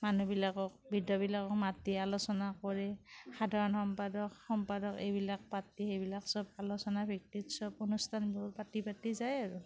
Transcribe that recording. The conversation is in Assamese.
মানুহবিলাকক বৃদ্ধবিলাকক মাতি আলোচনা কৰে সাধাৰণ সম্পাদক সম্পাদক এইবিলাক পাতি সেইবিলাক সব আলোচনাৰ ভিত্তিত সব অনুষ্ঠানবোৰ পাতি পাতি যায় আৰু